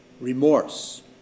remorse